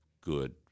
good